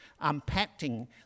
unpacking